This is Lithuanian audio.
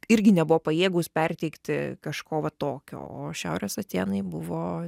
irgi nebuvo pajėgūs perteikti kažko va tokio o šiaurės atėnai buvo